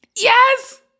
Yes